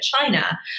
China